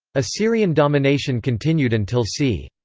assyrian domination continued until c.